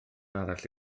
arall